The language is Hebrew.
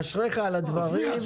אשריך על הדברים,